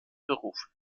berufen